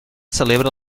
celebra